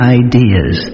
ideas